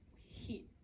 heat